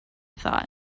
thought